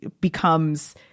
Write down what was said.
becomes